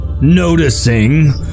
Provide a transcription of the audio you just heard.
noticing